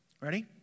Ready